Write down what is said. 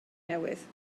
newydd